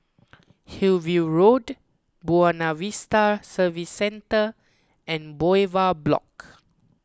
Hillview Road Buona Vista Service Centre and Bowyer Block